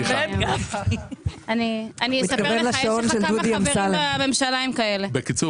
כבוד לי להיות פה.